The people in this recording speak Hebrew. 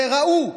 וראו,